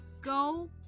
go